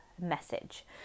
message